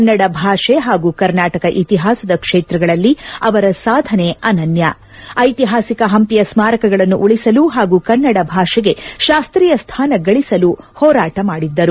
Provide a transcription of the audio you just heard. ಕನ್ನಡ ಭಾಷೆ ಹಾಗೂ ಕರ್ನಾಟಕ ಇತಿಹಾಸದ ಕ್ಷೇತ್ರಗಳಲ್ಲಿ ಅವರ ಸಾಧನೆ ಅನನ್ಯ ಐತಿಹಾಸಿಕ ಹಂಪಿಯ ಸ್ಥಾರಕಗಳನ್ನು ಉಳಿಸಲು ಹಾಗೂ ಕನ್ನಡ ಭಾಷೆಗೆ ಶಾಸ್ತೀಯ ಸ್ಥಾನ ಗಳಿಸಲು ಹೋರಾಟ ಮಾಡಿದ್ದರು